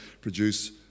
produce